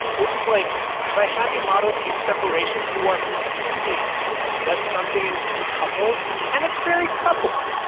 which is like by having model view separation, you are pretending that something is decoupled, and it's very coupled.